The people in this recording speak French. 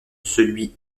celui